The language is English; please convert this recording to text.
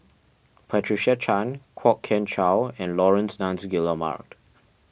Patricia Chan Kwok Kian Chow and Laurence Nunns Guillemard